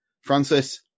Francis